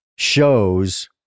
shows